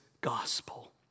gospel